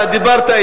אתה דיברת.